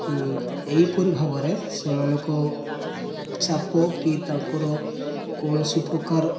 ଏହିପରି ଭାବରେ ସେମାନଙ୍କ ଚାପ କି ତାଙ୍କର କୌଣସି ପ୍ରକାର